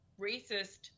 racist